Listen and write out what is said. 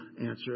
answer